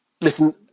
Listen